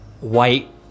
white